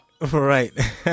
Right